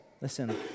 listen